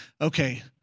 okay